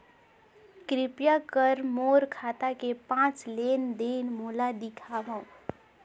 कृपया कर मोर खाता के पांच लेन देन मोला दिखावव